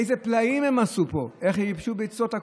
שלהם, ואיזה פלאים הם עשו פה, איך ייבשו ביצות.